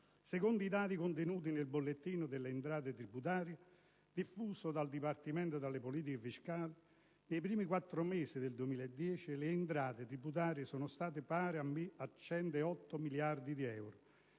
secondo i dati contenuti nel bollettino delle entrate tributarie diffuso dal Dipartimento delle politiche fiscali, nei primi quattro mesi del 2010 le entrate tributarie sono state pari a 108,8 miliardi di euro,